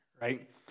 right